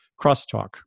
crosstalk